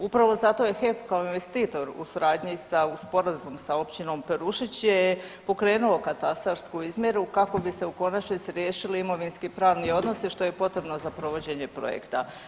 Upravo zato je HEP kao investitor u suradnji sa, uz sporazum sa općinom Perušić je pokrenuo katastarsku izmjeru kako bi se u konačnici riješili imovinski pravni odnosi što je potrebno za provođenje projekta.